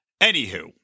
Anywho